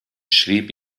schrieb